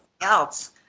else